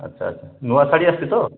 ଆଚ୍ଛା ଆଚ୍ଛା ନୂଆ ଶାଢ଼ୀ ଆସିଛି ତ